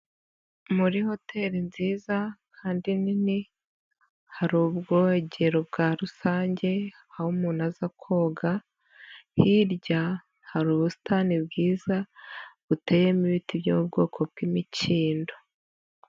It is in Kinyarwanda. Muri hoteri nziza kandi nini, hari ubwogero bwa rusange aho umuntu aza koga, hirya hari ubusitani bwiza buteyemo ibiti by'ubwoko bw'imikindo.